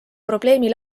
probleemi